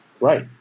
Right